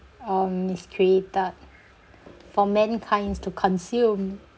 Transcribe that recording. um it's created for mankinds to consume